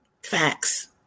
Facts